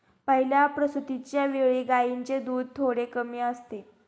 पहिल्या प्रसूतिच्या वेळी गायींचे दूध थोडे कमी असते